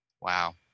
wow